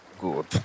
Good